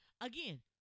Again